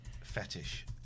fetish